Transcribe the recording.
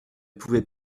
pouvais